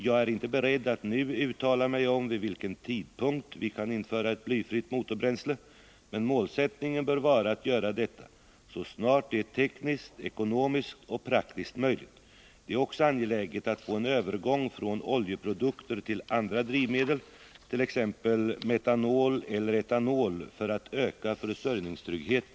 Jag är inte beredd att nu uttala mig om vid vilken tidpunkt vi kan införa ett blyfritt motorbränsle, men målsättningen bör vara att göra detta så snart det är tekniskt, ekonomiskt och praktiskt möjligt. Det är också angeläget att få en övergång från oljeprodukter till andra drivmedel, t.ex. metanol eller etanol, för att öka försörjningstryggheten.